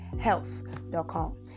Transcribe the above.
health.com